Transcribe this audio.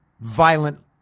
violent